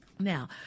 Now